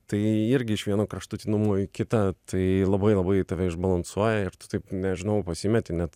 tai irgi iš vieno kraštutinumo į kitą tai labai labai tave išbalansuoja ir tu taip nežinau pasimeti net